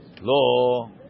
Lo